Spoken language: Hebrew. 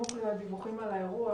בסמוך לדיווחים על האירוע,